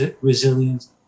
resilience